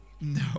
No